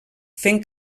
fent